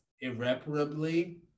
irreparably